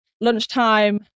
lunchtime